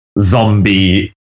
zombie